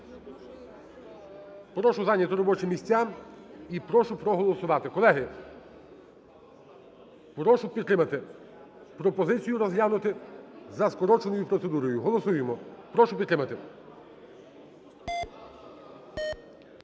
Прошу зайняти робочі місця. І прошу проголосувати. Колеги, прошу підтримати пропозицію розглянути за скороченою процедурою. Голосуємо. Прошу підтримати.